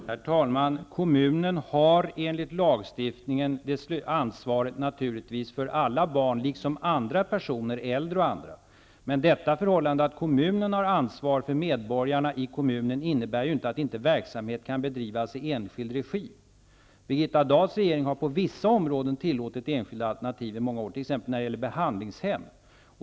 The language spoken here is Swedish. Herr talman! Kommunen har naturligtvis enligt lagstiftningen ansvaret för alla barn liksom kommunen har ansvar för andra personer, t.ex. äldre. Men det förhållandet att kommunen har ansvar för medborgarna i kommunen innebär ju inte att verksamheten inte kan bedrivas i enskild regi. Birgitta Dahls regering har på vissa områden tillåtit enskilda initiativ, t.ex. när det gäller behandlingshem.